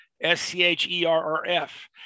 S-C-H-E-R-R-F